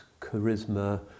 charisma